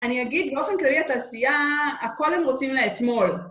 אני אגיד באופן כללי התעשייה, הכל הם רוצים לאתמול.